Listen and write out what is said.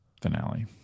finale